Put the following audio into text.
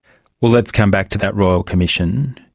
well, let's come back to that royal commission.